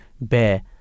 bear